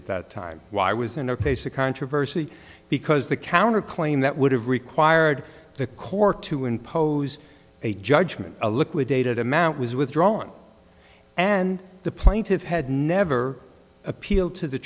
at that time why was in a place a controversy because the counter claim that would have required the court to impose a judgment a liquidated amount was withdrawn and the plaintiffs had never appealed to the